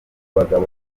bagabo